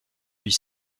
huit